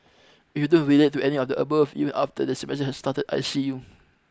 you don't relate to any other above even after the semester has started I see you